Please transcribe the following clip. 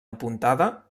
apuntada